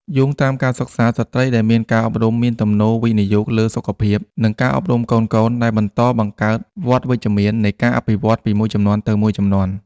យោងតាមការសិក្សា ស្ត្រីដែលមានការអប់រំមានទំនោរវិនិយោគលើសុខភាព និងការអប់រំកូនៗ ដែលបន្តបង្កើតវដ្តវិជ្ជមាននៃការអភិវឌ្ឍន៍ពីមួយជំនាន់ទៅមួយជំនាន់។